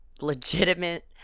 legitimate